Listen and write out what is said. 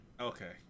okay